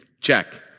Check